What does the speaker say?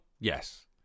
Yes